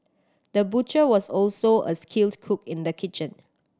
the butcher was also a skilled cook in the kitchen